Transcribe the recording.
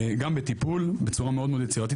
גם בטיפול בצורה מאוד מאוד יצירתית,